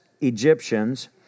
Egyptians